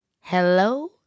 Hello